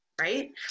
right